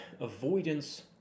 avoidance